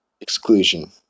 exclusion